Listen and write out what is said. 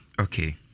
Okay